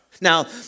Now